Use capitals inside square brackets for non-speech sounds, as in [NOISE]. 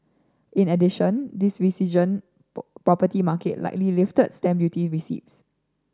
in addition this resurgent [UNINTELLIGIBLE] property market likely lifted stamp duty receipts